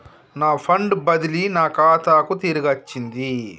నా ఫండ్ బదిలీ నా ఖాతాకు తిరిగచ్చింది